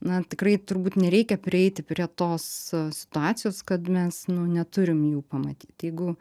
na tikrai turbūt nereikia prieiti prie tos situacijos kad mes nu neturim jų pamatyt jeigu